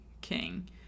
king